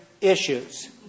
issues